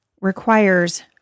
requires